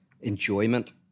enjoyment